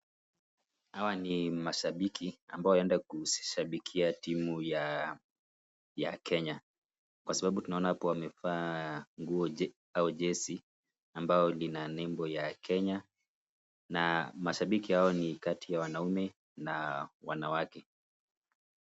Hawa ni mashabiki amabao wanaenda kushabikia timu ya kenya, Kwa sababu tutaona hapo wamevaa nguo au jesi ambao Lina nembo la Kenya na mashabiki hao ni kati ya wanaume na wanawake.